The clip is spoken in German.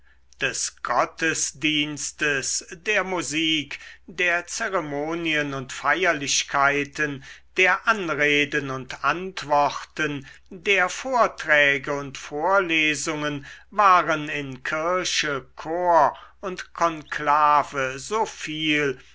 des gottesdienstes der musik der zeremonien und feierlichkeiten der anreden und antworten der vorträge und vorlesungen waren in kirche chor und konklave